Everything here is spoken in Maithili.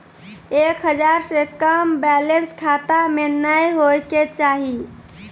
एक हजार से कम बैलेंस खाता मे नैय होय के चाही